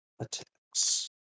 attacks